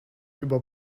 über